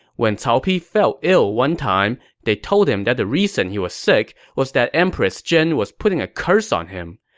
when cao pi fell ill one time, they told him the reason he was sick was that empress zhen was putting a curse on him.